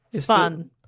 Fun